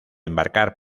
embarcar